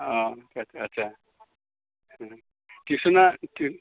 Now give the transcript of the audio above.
अह आच्चा आच्चा आच्चा टिउसना